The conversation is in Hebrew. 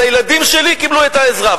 הילדים שלי קיבלו את העזרה.